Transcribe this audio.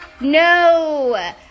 No